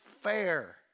fair